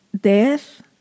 death